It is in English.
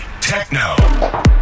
techno